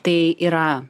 tai yra